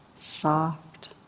soft